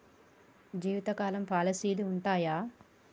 జీవితకాలం పాలసీలు ఉంటయా?